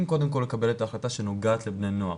קודם כל לקבל את ההחלטה שנוגעת לבני נוער,